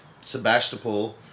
Sebastopol